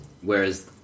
Whereas